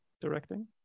directing